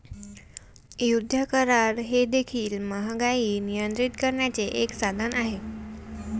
युद्ध करार हे देखील महागाई नियंत्रित करण्याचे एक साधन आहे